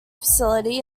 facility